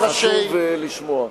וחשוב לשמוע.